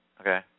Okay